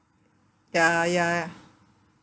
ya ya ya